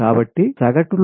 కాబట్టి సగటు లోడ్ 45